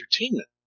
entertainment